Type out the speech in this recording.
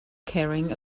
carrying